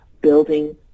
building